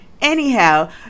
Anyhow